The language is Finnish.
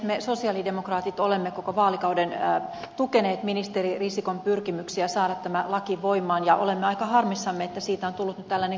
me sosialidemokraatit olemme koko vaalikauden tukeneet ministeri risikon pyrkimyksiä saada tämä laki voimaan ja olemme aika harmissamme että siitä on nyt tullut tällainen kompromissi